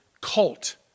cult